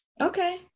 okay